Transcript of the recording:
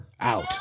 out